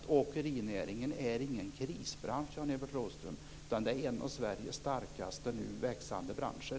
Åkerinäringen är ingen krisbransch. Det är en av Sveriges nu starkast växande branscher.